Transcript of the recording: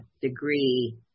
degree